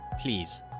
Please